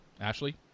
ashley